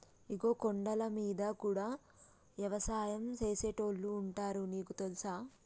ఇగో కొండలమీద గూడా యవసాయం సేసేటోళ్లు ఉంటారు నీకు తెలుసా